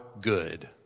good